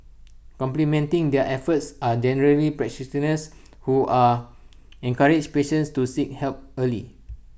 complementing their efforts are generally practitioners who are encourage patients to seek help early